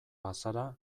bazara